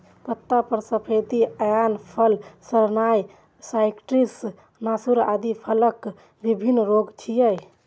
पत्ता पर सफेदी एनाय, फल सड़नाय, साइट्र्स नासूर आदि फलक विभिन्न रोग छियै